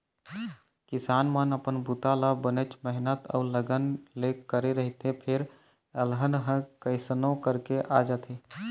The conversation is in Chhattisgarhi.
किसान मन अपन बूता ल बनेच मेहनत अउ लगन ले करे रहिथे फेर अलहन ह कइसनो करके आ जाथे